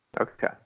Okay